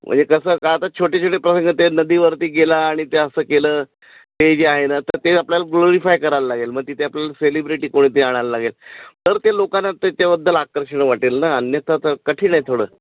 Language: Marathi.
म्हणजे कसं काय आता छोटे छोटे प्रसंग ते नदीवरती गेला आणि ते असं केलं ते जे आहे ना तर ते आपल्याला ग्लोरिफाय करायला लागेल मग तिथे आपल्याला सेलिब्रिटी कोणी ते आणयला लागेल तर ते लोकांना ते त्याबद्दल आकर्षण वाटेल ना अन्यथा तर कठीण आहे थोडं